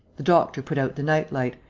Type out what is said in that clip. the doctor put out the night-light,